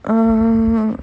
err